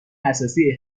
اساسی